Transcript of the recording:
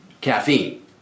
caffeine